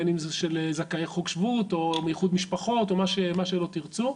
בין אם זה של זכאי חוק שבות או איחוד משפחות או מה שלא תרצו.